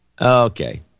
Okay